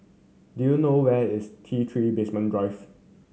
do you know where is T Three Basement Drive